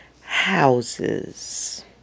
houses